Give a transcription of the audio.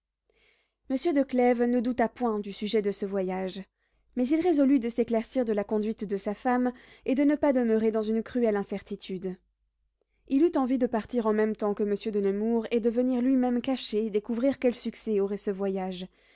monsieur de clèves ne douta point du sujet de ce voyage mais il résolut de s'éclaircir de la conduite de sa femme et de ne pas demeurer dans une cruelle incertitude il eut envie de partir en même temps que monsieur de nemours et de venir lui-même caché découvrir quel succès aurait ce voyage